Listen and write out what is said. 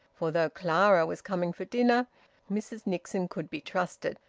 for though clara was coming for dinner mrs nixon could be trusted.